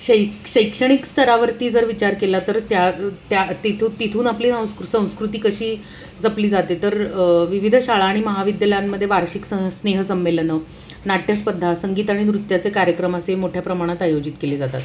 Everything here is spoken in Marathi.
शै शैक्षणिक स्तरावरती जर विचार केला तर त्या त्या तिथ तिथून आपली संस्कृ संस्कृती कशी जपली जाते तर विविध शाळा आणि महाविद्यालयांमध्ये वार्षिक सं स्नेहसंमेलनं नाट्यस्पर्धा संगीत आणि नृत्याचे कार्यक्रम असे मोठ्या प्रमाणात आयोजित केले जातात